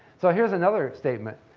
so here's another statement.